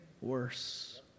worse